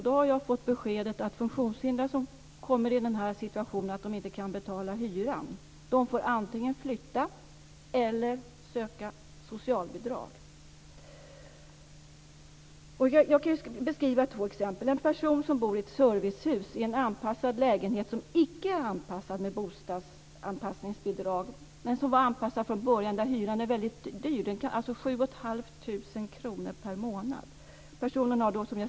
Då har jag fått beskedet att funktionshindrade som kommer i situationen att de inte kan betala hyran antingen får flytta eller söka socialbidrag. Jag kan ge två exempel. En person bor i ett servicehus, i en anpassad lägenhet som icke är anpassad med bostadsanpassningsbidrag utan var anpassad från början. Hyran är väldigt hög - 7 500 kr per månad.